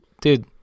Dude